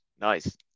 Nice